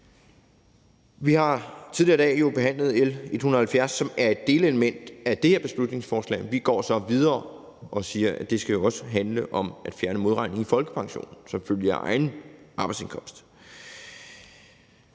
Vi har tidligere i dag behandlet L 170, som er et delelement af det her beslutningsforslag, men vi går så videre og siger, at det også skal handle om at fjerne modregningen i folkepensionen som følge af egen arbejdsindkomst.